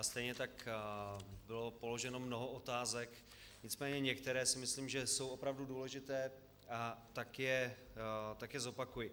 Stejně tak bylo položeno mnoho otázek, nicméně některé si myslím, že jsou opravdu důležité, a tak je zopakuji.